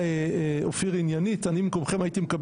מי מנמק?